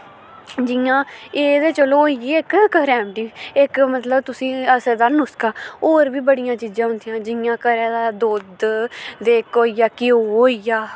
जियां एह् ते चलो होई गे घरै अन्दर इक मतलब तुसें अस एह्दा नुसका होर बी बड़ियां चीजां होंदियां जियां घरै दा दुद्ध ते इक होई गेआ घ्यो होई गेआ